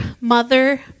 mother